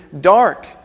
dark